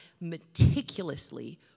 meticulously